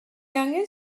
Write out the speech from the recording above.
angen